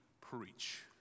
preach